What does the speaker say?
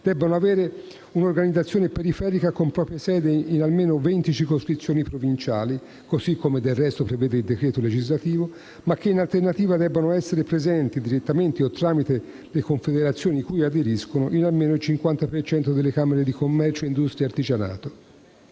abbiano un'organizzazione periferica con proprie sedi in almeno 20 circoscrizioni provinciali (così come prevede il decreto legislativo), ma che in alternativa debbano essere presenti, direttamente o tramite le Confederazioni cui aderiscono, in almeno il 50 per cento delle camere di commercio, industria, artigianato.